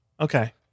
Okay